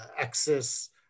access